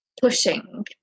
pushing